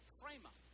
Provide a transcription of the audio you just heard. framer